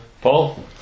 Paul